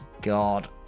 god